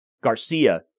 Garcia